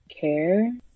care